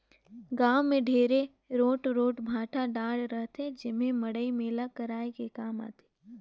गाँव मे ढेरे रोट रोट भाठा डाँड़ रहथे जेम्हे मड़ई मेला कराये के काम आथे